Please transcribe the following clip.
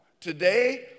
Today